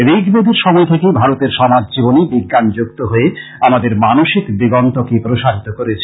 ঋক বেদের সময় থকেই ভারতের সমাজ জীবনে বিজ্ঞান যুক্ত হয়ে আমাদের মানসিক দিগন্তকে প্রসারিত করেছে